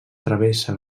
travessa